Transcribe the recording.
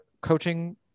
coaching